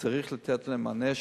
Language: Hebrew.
צריך לתת להם מענה,